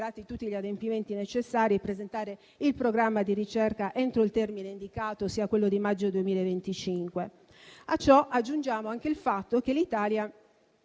Grazie